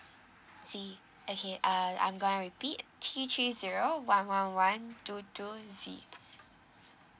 Z okay uh I'm gonna repeat T three zero one one one two two Z